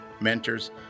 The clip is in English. mentors